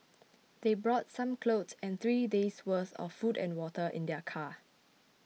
they brought some clothes and three days' worth of food and water in their car